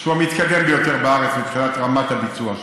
שהוא המתקדם ביותר בארץ מבחינת הביצוע שלו.